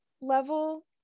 level